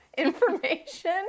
information